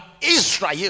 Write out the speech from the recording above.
Israel